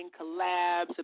collabs